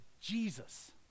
Jesus